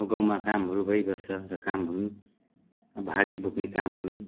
गाउँमा कामहरू भइबस्छ र कामहरू पनि भारी बोक्ने कामहरू पनि